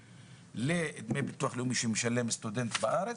לדמי ביטוח לאומי שמשלם סטודנט בארץ.